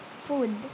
food